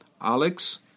Alex